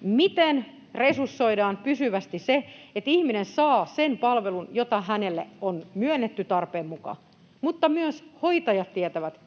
miten resursoidaan pysyvästi se, että ihminen saa sen palvelun, jota hänelle on myönnetty tarpeen mukaan, mutta myös niin, että hoitajat tietävät,